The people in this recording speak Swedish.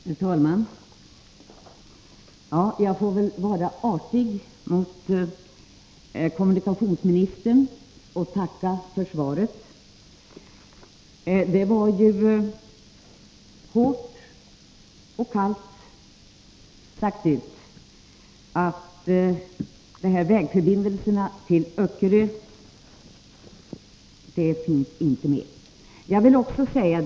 Herr talman! Jag får väl vara artig mot kommunikationsministern och tacka för svaret. Där sägs hårt och kallt att någon broförbindelse till Öckerö inte finns med i vägverkets planförslag.